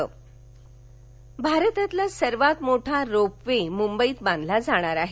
रोप वे भारतातला सर्वात मोठा रोप वे मुंबईत बांधला जाणार आहे